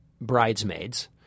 bridesmaids